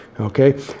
Okay